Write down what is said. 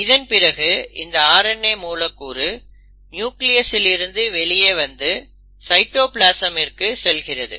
இதன் பிறகு இந்த RNA மூலக்கூறு நியூக்ளியஸ்ஸில் இருந்து வெளியே வந்து சைட்டோபிளாசமிற்கு செல்கிறது